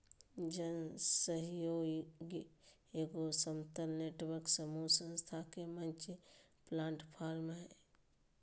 जन सहइोग एगो समतल नेटवर्क समूह संस्था के मंच प्लैटफ़ार्म हइ